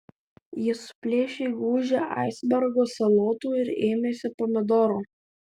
jis suplėšė gūžę aisbergo salotų ir ėmėsi pomidoro